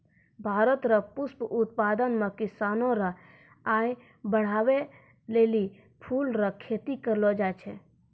भारत रो पुष्प उत्पादन मे किसानो रो आय बड़हाबै लेली फूल रो खेती करलो जाय छै